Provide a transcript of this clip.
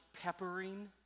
peppering